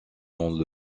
dans